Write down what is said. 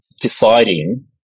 deciding